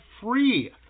free